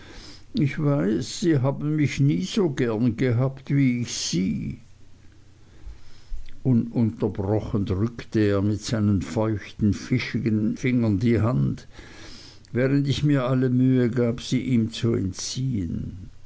ich weiß sie haben mich nie so gern gehabt wie ich sie ununterbrochen drückte er mir mit seinen feuchten fischigen fingern die hand während ich mir alle mühe gab sie ihm zu entziehen